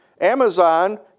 Amazon